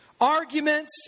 arguments